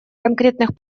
конкретных